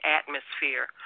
atmosphere